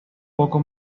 poco